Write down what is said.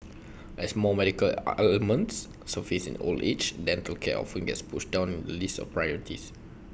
as more medical ailments surface in old age dental care often gets pushed down the list of priorities